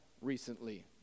recently